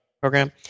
program